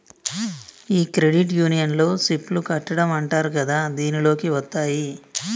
ఈ క్రెడిట్ యూనియన్లో సిప్ లు కట్టడం అంటారు కదా దీనిలోకి వత్తాయి